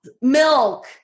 milk